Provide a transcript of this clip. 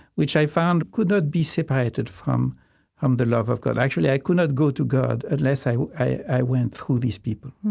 which i found could not be separated from from the love of god. actually, i could not go to god unless i i went through these people.